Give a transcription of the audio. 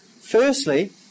Firstly